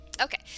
Okay